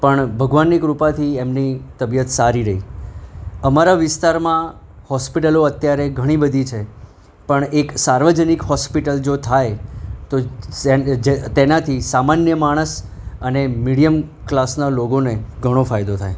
પણ ભગવાનની કૃપાથી એમની તબિયત સારી રહી અમારા વિસ્તારમાં હોસ્પિટલો અત્યારે ઘણી બધી છે પણ એક સાર્વજનિક હોસ્પિટલ જો થાય તો તેનાથી સામાન્ય માણસ અને મીડિયમ ક્લાસનાં લોકોને ઘણો ફાયદો થાય